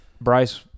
Bryce